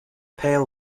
pail